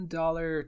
dollar